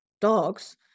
dogs